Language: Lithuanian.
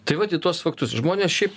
tai vat į tuos faktus žmonės šiaip